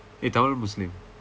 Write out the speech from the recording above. eh tamil muslim